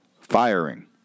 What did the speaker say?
firing